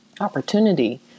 opportunity